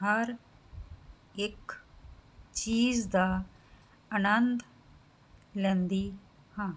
ਹਰ ਇਕ ਚੀਜ਼ ਦਾ ਆਨੰਦ ਲੈਂਦੀ ਹਾਂ